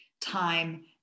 time